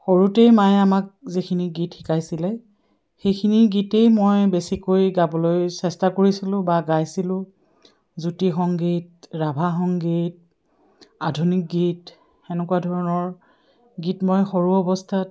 সৰুতেই মায়ে আমাক যিখিনি গীত শিকাইছিলে সেইখিনি গীতেই মই বেছিকৈ গাবলৈ চেষ্টা কৰিছিলোঁ বা গাইছিলোঁ জ্যোতি সংগীত ৰাভা সংগীত আধুনিক গীত তেনেকুৱা ধৰণৰ গীত মই সৰু অৱস্থাত